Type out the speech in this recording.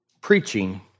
preaching